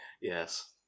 Yes